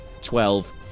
Twelve